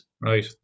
right